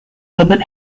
herbert